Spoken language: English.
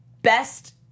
best